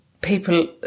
people